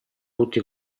tutti